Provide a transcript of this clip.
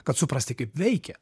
kad suprasti kaip veikia